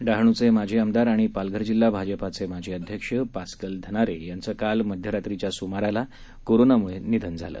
डहाणूचे माजी आमदार आणि पालघर जिल्हा भाजपाचे माजी अध्यक्ष पास्कल धनारे यांचा काल मध्यरात्रीच्या सुमाराला कोरोनामुळे मृत्यू झाला